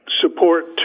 support